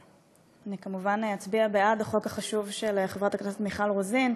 אני כמובן אצביע בעד החוק החשוב של חברת הכנסת מיכל רוזין.